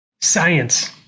Science